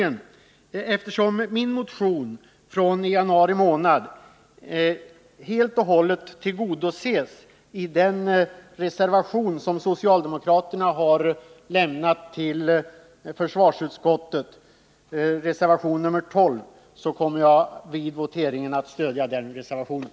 Eftersom min motion från januari månad helt och hållet tillgodoses i den reservation som socialdemokraterna har fogat till försvarsutskottets betänkande, reservation 12, kommer jag vid voteringen att stödja den reservationen.